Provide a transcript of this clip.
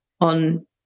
on